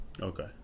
Okay